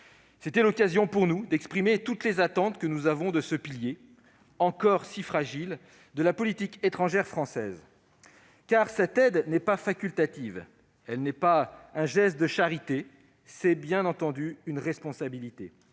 C'était l'occasion pour nous d'exprimer toutes nos attentes autour de ce pilier, encore si fragile, de la politique étrangère française. Car cette aide n'est pas facultative, elle n'est pas un geste de charité : c'est une responsabilité.